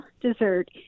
dessert